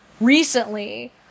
recently